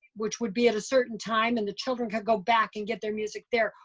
which would be at a certain time and the children could go back and get their music there,